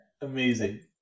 Amazing